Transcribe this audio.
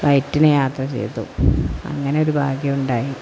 ഫ്ളൈറ്റിന് യാത്ര ചെയ്തു അങ്ങനെയൊരു ഭാഗ്യം ഉണ്ടായി